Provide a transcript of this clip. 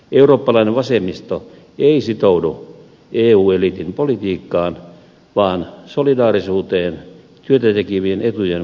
eurooppalainen vasemmisto ei sitoudu eu eliitin politiikkaan vaan solidaarisuuteen työtä tekevien etujen puolustamiseen